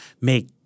make